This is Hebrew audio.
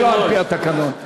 זה לא על-פי התקנון,